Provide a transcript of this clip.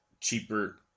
cheaper